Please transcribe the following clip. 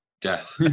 Death